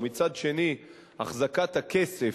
ומצד שני החזקת הכסף,